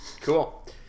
Cool